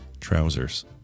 trousers